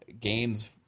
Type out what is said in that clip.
games